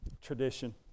tradition